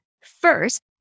First